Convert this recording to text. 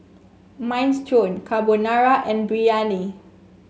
Minestrone Carbonara and Biryani